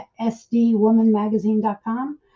sdwomanmagazine.com